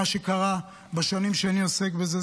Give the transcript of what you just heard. מה שקרה בשנים שאני עוסק בזה,